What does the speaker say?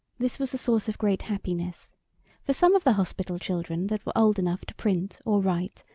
this was a source of great happiness for some of the hospital children that were old enough to print or write,